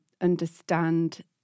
understand